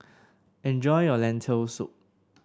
enjoy your Lentil Soup